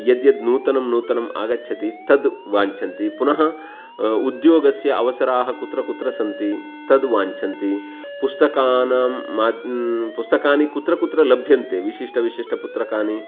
यद्यद् नूतनं नूतनम् आगच्छति तद् वाञ्छन्ति पुनः उद्योगस्य अवसराः कुत्र कुत्र सन्ति तद् वाञ्छन्ति पुस्तकानां माद् न पुस्तकानि कुत्र कुत्र लभ्यन्ते विशिष्टविशिष्टपुस्तकानि